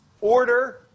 order